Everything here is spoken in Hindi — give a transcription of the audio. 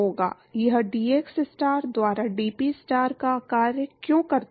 यह dxstar द्वारा dPstar का कार्य क्यों करता है